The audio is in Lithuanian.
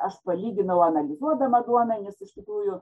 aš palyginau analizuodama duomenis iš tikrųjų